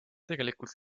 tegelikult